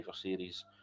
Series